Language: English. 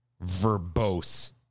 verbose